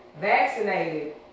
vaccinated